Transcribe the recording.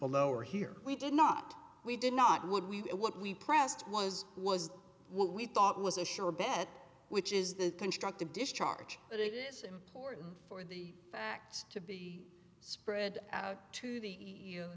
lower here we did not we did not would we what we pressed was was what we thought was a sure bet which is the constructive discharge but it is important for the facts to be spread out to the you